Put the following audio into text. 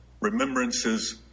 remembrances